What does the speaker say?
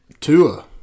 Tua